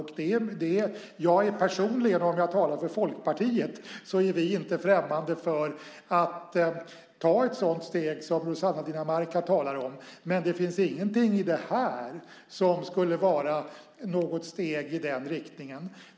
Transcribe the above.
Vi i Folkpartiet är inte främmande för att ta ett sådant steg som Rossana Dinamarca talar om, men det finns ingenting i detta som skulle vara ett steg i den riktningen.